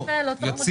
אחרי